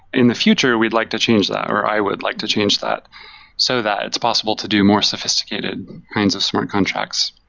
in the future, we'd like to change that, or i would like to change that so that it's possible to do more sophisticated kinds of smart contracts.